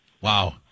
Wow